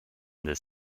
this